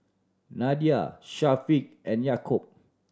Nadia Syafiq and Yaakob